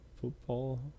football